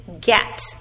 get